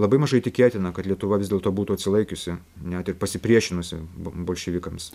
labai mažai tikėtina kad lietuva vis dėlto būtų atsilaikiusi net ir pasipriešinusi bolševikams